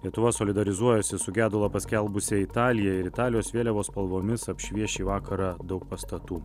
lietuva solidarizuojasi su gedulą paskelbusia italija ir italijos vėliavos spalvomis apšvies šį vakarą daug pastatų